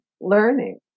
learning